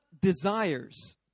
desires